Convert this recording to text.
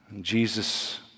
Jesus